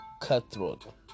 cutthroat